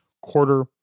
quarter